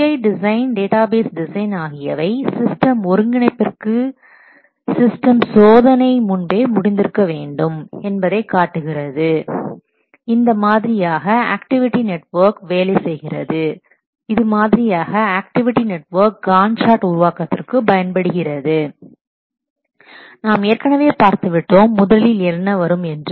GUI design database design ஆகியவை system ஒருங்கிணைப்பிற்கு system சோதனைக்கு முன்பே முடிந்திருக்க வேண்டும் என்பதை காட்டுகிறது இந்த மாதிரியாக ஆக்டிவிட்டி நெட்வொர்க் வேலை செய்கிறது இது மாதிரியாக ஆக்டிவிட்டி நெட்வொர்க் காண்ட் சார்ட் உருவாக்கத்திற்கு பயன்படுகிறது நாம் ஏற்கனவே பார்த்துவிட்டோம் முதலில் என்ன வரும் என்று